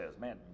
man